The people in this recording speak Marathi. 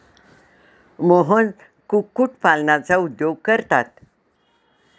मोहन कुक्कुटपालनाचा उद्योग करतात